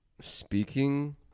speaking